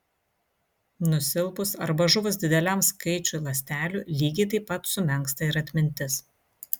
nusilpus arba žuvus dideliam skaičiui ląstelių lygiai taip pat sumenksta ir atmintis